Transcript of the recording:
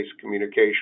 communication